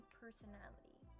personality